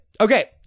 Okay